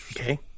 Okay